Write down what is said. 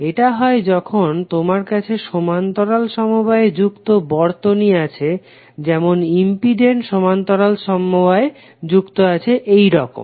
এটা হয় যখন তোমার কাছে সমান্তরাল সমবায়ে যুক্ত বর্তনী আছে যেমন ইম্পিডেন্স সমান্তরালে যুক্ত আছে এইরকম